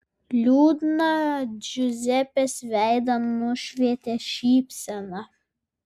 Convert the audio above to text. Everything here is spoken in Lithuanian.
liūdną džiuzepės veidą nušvietė šypsena